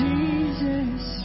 Jesus